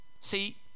See